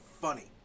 funny